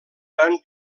gran